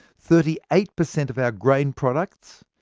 thirty eight per cent of our grain products,